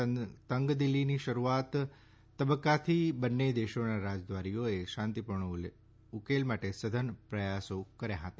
તેમણે કહ્યું કે તંગદિલીની શરૂઆત તબક્કાથી બંને દેશોના રાજદ્વારીઓએ શાંતિપૂર્ણ ઉકેલ માટે સઘન પ્રયાસો કર્યા હતા